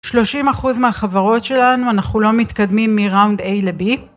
30% מהחברות שלנו אנחנו לא מתקדמים מראונד A ל-B.